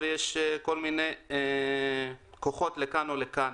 ויש כל מיני כוחות לכאן ולכאן.